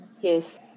Yes